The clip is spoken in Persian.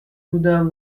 بودم